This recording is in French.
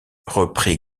reprit